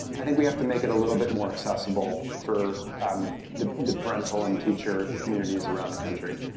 i think we have to make it a little bit more accessible for the parental and teacher communities around the country.